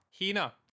Hina